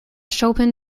chopin